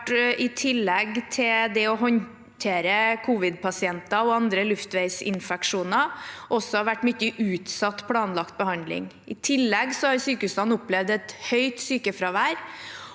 i tillegg til det å håndtere covid-pasienter og andre luftveisinfeksjoner, også har vært mye utsatt planlagt behandling. I tillegg har sykehusene opplevd et høyt sykefravær